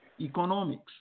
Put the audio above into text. Economics